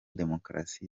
demokarasi